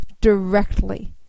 directly